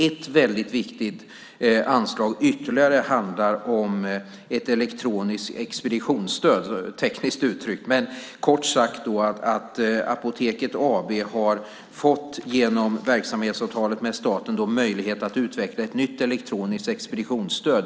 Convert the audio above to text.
Ett viktigt anslag ytterligare handlar tekniskt uttryckt om ett elektroniskt expeditionsstöd. Det innebär kort att Apoteket AB genom verksamhetsavtalet med staten har fått möjlighet att utveckla ett nytt elektroniskt expeditionsstöd.